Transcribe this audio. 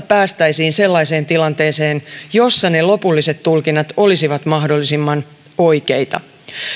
päästäisiin sellaiseen tilanteeseen jossa ne lopulliset tulkinnat olisivat mahdollisimman oikeita